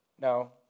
No